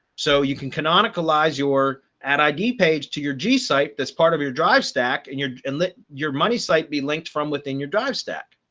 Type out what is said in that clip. so you can canonical lies your ad id page to your g site that's part of your drive stack, and you're and in your money site be linked from within your dive stack,